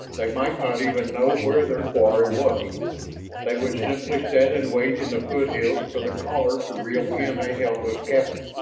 they might not even know where their quarry was they would simply sit and wait in the foothills for the caller to reel in a helpless captive.